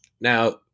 Now